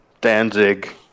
Danzig